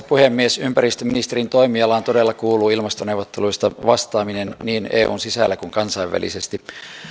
puhemies ympäristöministerin toimialaan todella kuuluu ilmastoneuvotteluista vastaaminen niin eun sisällä kuin kansainvälisesti